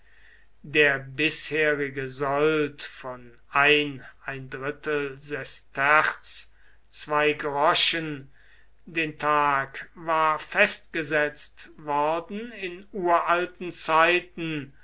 der bisherige sold von ein drittel sester zwei den tag war festgesetzt worden in uralten zeiten